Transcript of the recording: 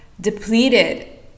depleted